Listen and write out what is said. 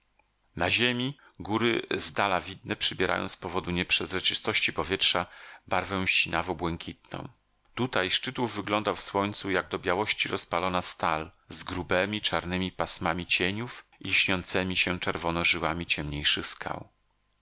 na ziemi góry zdala widne przybierają z powodu nieprzeźroczystości powietrza barwę sinawo błękitną tutaj szczyt ów wyglądał w słońcu jak do białości rozpalona stal z grubemi czarnemi pasmami cieniów i lśniącemi się czerwono żyłami ciemniejszych skał